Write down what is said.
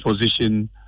position